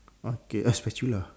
okay a spatula